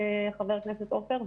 חבר הכנסת עפר,